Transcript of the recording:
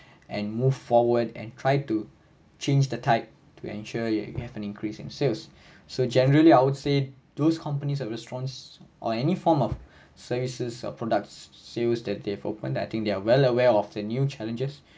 and move forward and try to change the type to ensure you have an increasing sales so generally I would say those companies or restaurants or any form of services or products sales that they've opened I think they are well aware of the new challenges